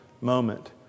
moment